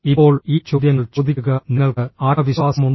ഇപ്പോൾ ഈ ചോദ്യങ്ങൾ ചോദിക്കുക നിങ്ങൾക്ക് ആത്മവിശ്വാസമുണ്ടോ